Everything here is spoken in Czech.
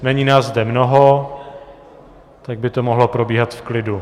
Není nás zde mnoho, tak by to mohlo probíhat v klidu.